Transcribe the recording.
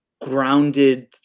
grounded